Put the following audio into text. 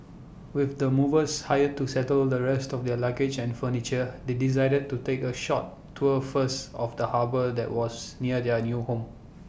with the movers hired to settle the rest of their luggage and furniture they decided to take A short tour first of the harbour that was near their new home